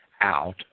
out